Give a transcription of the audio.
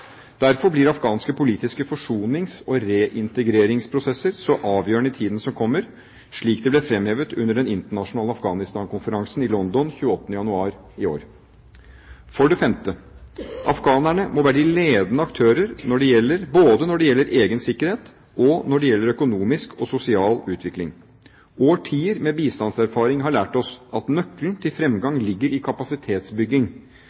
Derfor blir afghanske politiske forsonings- og reintegreringsprosesser så avgjørende i tiden som kommer, slik det ble fremhevet under den internasjonale Afghanistan-konferansen i London 28. januar i år. For det femte: Afghanerne må være de ledende aktører både når det gjelder egen sikkerhet, og når det gjelder økonomisk og sosial utvikling. Årtier med bistandserfaring har lært oss at nøkkelen til